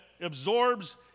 absorbs